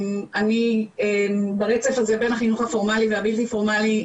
אני ברצף הזה בין החינוך הפורמלי והבלתי פורמלי.